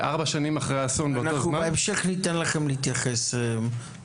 ארבע שנים אחרי האסון --- אנחנו ניתן לכם להתייחס בהמשך,